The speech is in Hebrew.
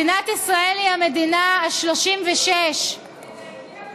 מדינת ישראל היא המדינה ה-36, תדייקי,